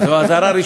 זוהר, זוהר.